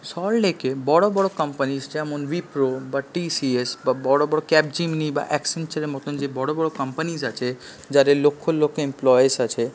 সল্টলেকে বড় বড় কোম্পানিজ যেমন উইপ্রো বা টি সি এস বা বড় বড় ক্যাপজেমিনি বা অ্যাকসেঞ্চারের মতন যে বড় বড় কাম্পানিজ আছে যাদের লক্ষ লোক এমপ্লয়েজ আছে